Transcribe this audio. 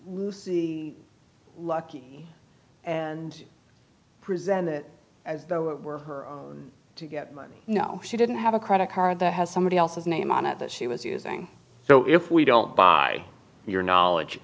see lucky and present it as though it were her to get money no she didn't have a credit card that has somebody else's name on it that she was using so if we don't buy your knowledge